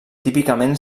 típicament